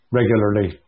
regularly